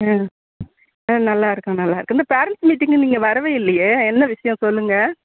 ஆ ஆ நல்லாயிருக்கேன் நல்லாயிருக்கேன் இந்த பேரன்ட்ஸ் மீட்டிங்கு நீங்கள் வரவே இல்லையே என்ன விஷயம் சொல்லுங்க